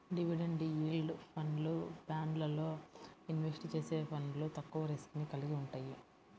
dividend yield ఫండ్లు, బాండ్లల్లో invest చేసే ఫండ్లు తక్కువ రిస్క్ ని కలిగి వుంటయ్యి